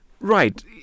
Right